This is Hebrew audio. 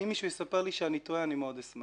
אם מישהו יספר לי שאני טועה, אני מאוד אשמח.